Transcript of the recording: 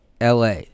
LA